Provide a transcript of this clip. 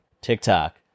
TikTok